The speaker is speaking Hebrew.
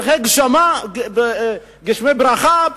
גשמי ברכה,